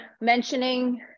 mentioning